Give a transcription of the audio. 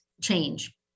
change